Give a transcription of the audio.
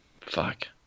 Fuck